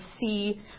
see